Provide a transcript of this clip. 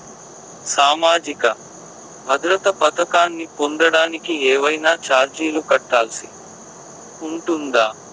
సామాజిక భద్రత పథకాన్ని పొందడానికి ఏవైనా చార్జీలు కట్టాల్సి ఉంటుందా?